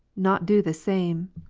not do the same!